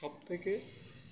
সবথেকে